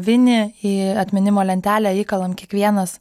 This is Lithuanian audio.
vinį į atminimo lentelę įkalam kiekvienas